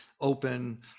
open